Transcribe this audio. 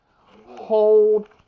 Hold